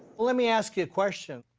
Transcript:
let me ask you a question.